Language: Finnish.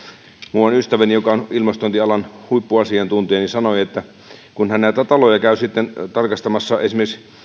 muuan ystäväni joka on ilmastointialan huippuasiantuntija sanoi että kun hän näitä taloja käy sitten tarkastamassa esimerkiksi